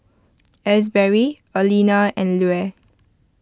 Asberry Alena and Lue